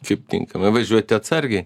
kaip tinkamai važiuoti atsargiai